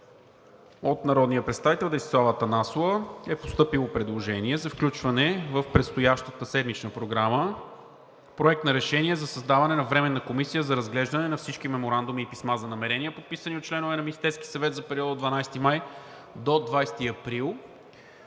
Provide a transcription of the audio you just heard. От народния представител Десислава Атанасова е постъпило предложение за включване в предстоящата седмична програма на Проект на решение за създаване на Временна комисия за разглеждане на всички меморандуми и писма за намерения, подписани от членове на Министерския съвет за периода от 12 май до 20 април.